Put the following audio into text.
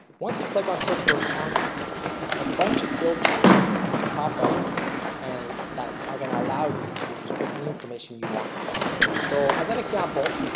once you click on search for account and a bunch of filters pop up and that are going to allow you to just put any information you want. so as an example,